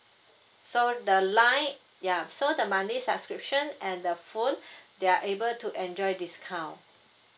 so the line ya so the monthly subscription and the phone they are able to enjoy discount